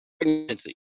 pregnancy